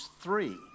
three